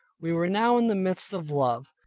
we were now in the midst of love,